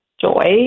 joy